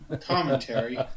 Commentary